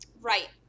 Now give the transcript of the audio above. Right